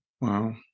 Wow